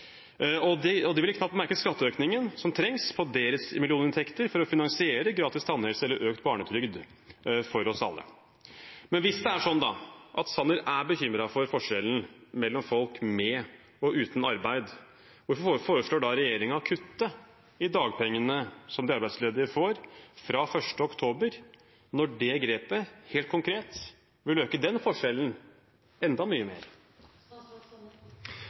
De ville knapt merke skatteøkningen som trengs, på sine millioninntekter, for å finansiere gratis tannhelse eller økt barnetrygd for oss alle. Men hvis det er sånn at Sanner er bekymret for forskjellen mellom folk med og uten arbeid, hvorfor foreslår regjeringen da å kutte i dagpengene som de arbeidsledige får fra 1. oktober, når det grepet helt konkret vil øke den forskjellen enda mye